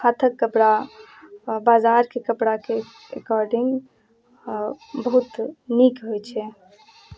हाथक कपड़ा बाजारके कपड़ाके एकॉर्डिंग बहुत नीक होइ छै